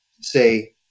say